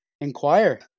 inquire